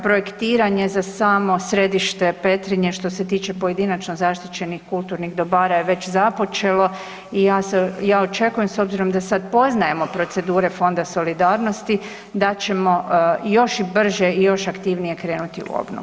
Projektiranje za samo središte Petrinje što se tiče pojedinačno zaštićenih kulturnih dobara je već započelo i ja očekujem s obzirom da sada poznajemo procedure Fonda solidarnosti da ćemo još i brže i još i aktivnije krenuti u obnovu.